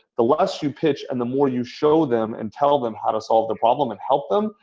the less you pitch, and the more you show them and tell them how to solve the problem and help them,